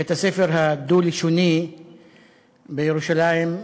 בית-הספר הדו-לשוני בירושלים,